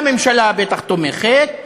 והממשלה בטח תומכת,